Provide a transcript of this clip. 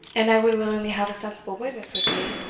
and i would willingly have a sensible witness with me